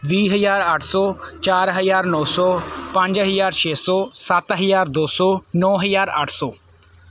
ਵੀਹ ਹਜ਼ਾਰ ਅੱਠ ਸੌ ਚਾਰ ਹਜ਼ਾਰ ਨੌ ਸੌ ਪੰਜ ਹਜ਼ਾਰ ਛੇ ਸੌ ਸੱਤ ਹਜ਼ਾਰ ਦੋ ਸੌ ਨੌ ਹਜ਼ਾਰ ਅੱਠ ਸੌ